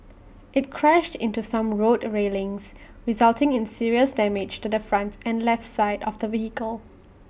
IT crashed into some road railings resulting in serious damage to the front and left side of the vehicle